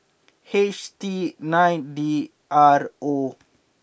H T nine D R O